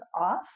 off